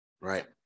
right